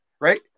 right